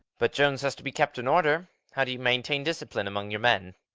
but jones has to be kept in order. how do you maintain discipline among your men?